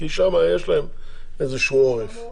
כי שם יש להן איזה שהוא עורף.